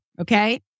Okay